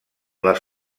les